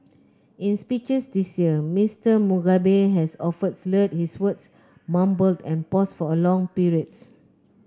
in speeches this year Mister Mugabe has often slurred his words mumbled and paused for long periods